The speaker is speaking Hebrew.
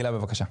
הילה בבקשה.